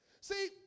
see